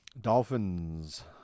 Dolphins